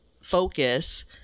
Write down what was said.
focus